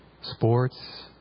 Sports